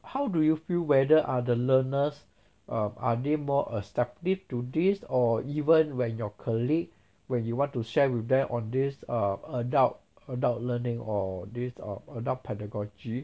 how do you feel whether are the learners err are they more acceptive to this or even when your colleague when you want to share with them on this uh adult adult learning or this err adult pedagogy